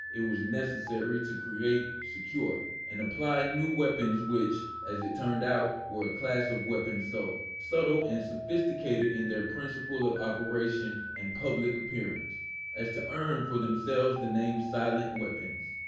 it was necessary to create, secure, and apply new weapons which, as it turned out, were a class of weapons so subtle and sophisticated in their principle of operation and public appearance as to earn for themselves the name silent weapons.